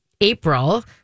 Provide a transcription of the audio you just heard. April